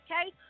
Okay